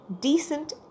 decent